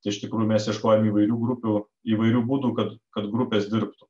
iš tikrųjų mes ieškojom įvairių grupių įvairių būdų kad kad grupės dirbtų